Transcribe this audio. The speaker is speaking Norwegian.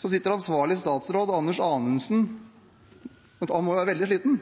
Så sitter ansvarlig statsråd, Anders Anundsen, her, og han må være veldig sliten